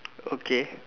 okay